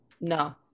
No